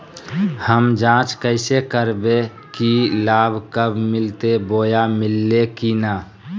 हम जांच कैसे करबे की लाभ कब मिलते बोया मिल्ले की न?